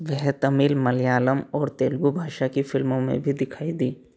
वे तमिल मलयालम और तेलुगु भाषा की फिल्मों में भी दिखाई दीं